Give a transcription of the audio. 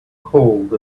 cold